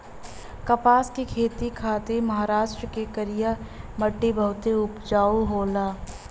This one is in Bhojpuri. कपास के खेती खातिर महाराष्ट्र के करिया मट्टी बहुते उपजाऊ होला